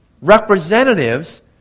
representatives